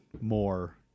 more